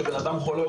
כשבן אדם חולה,